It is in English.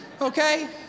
okay